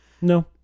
No